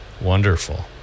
wonderful